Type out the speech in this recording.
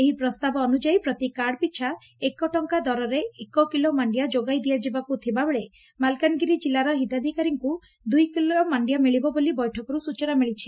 ଏହି ପ୍ରସ୍ତାବ ଅନ୍ୟଯାୟୀ ପ୍ରତି କାର୍ଡ୍ ପିଛା ଏକ ଟଙ୍କା ଦରରେ ଏକ କିଲୋ ମାଣ୍ଡିଆ ଯୋଗାଇ ଦିଆଯିବାକୁ ଥିବା ବେଳେ ମାଲକାନଗିରି କିଲ୍ଲାର ହିତାଧିକାରୀଙ୍କୁ ଦୁଇ କିଲୋ ମାଣ୍ଡିଆ ମିଳିବ ବୋଲି ବୈଠକରୁ ସୂଚନା ମିଳିଛି